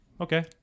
okay